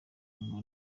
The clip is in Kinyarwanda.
ngo